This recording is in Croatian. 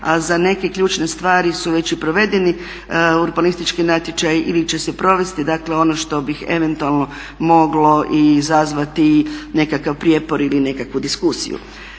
a za neke ključne stvari su već i provedeni urbanistički natječaji ili će se provesti, dakle ono što bi eventualno moglo izazvati nekakav prijepor ili nekakvu diskusiju.